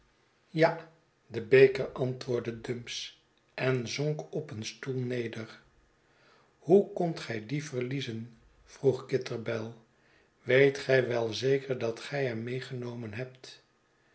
ja den beker antwoordde dumps en zonk op een stoel neder hoe kondt gij dien verliezen vroegkitterbell weet gij wel zeker dat gij hem meegenomen hebt